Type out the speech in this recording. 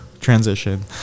transition